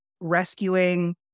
rescuing